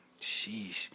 Sheesh